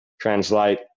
translate